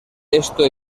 esto